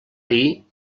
dir